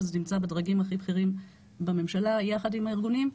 שזה נמצא בדרגים הכי בכירים בממשלה יחד עם הארגונים.